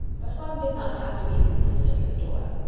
but one did not have to be consistent with dora.